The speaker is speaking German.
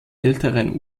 älteren